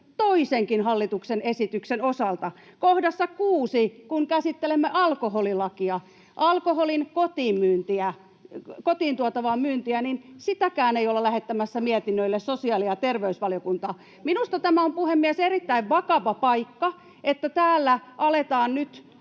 toisenkin hallituksen esityksen osalta. Kun kohdassa 6 käsittelemme alkoholilakia, alkoholin kotimyyntiä, kotiin tuotavaa myyntiä, niin sitäkään ei olla lähettämässä mietinnölle sosiaali- ja terveysvaliokuntaan. Minusta tämä on, puhemies, erittäin vakava paikka, että täällä aletaan nyt